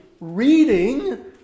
reading